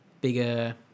bigger